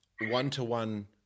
one-to-one